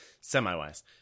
semi-wise